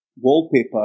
wallpaper